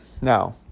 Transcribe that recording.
Now